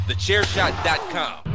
TheChairShot.com